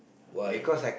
why